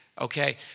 okay